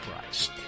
price